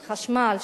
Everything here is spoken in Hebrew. של חשמל,